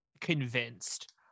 convinced